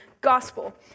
gospel